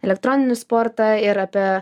elektroninį sportą ir apie